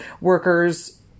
workers